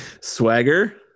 Swagger